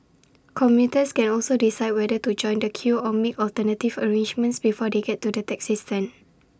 commuters can also decide whether to join the queue or make alternative arrangements before they get to the taxi stand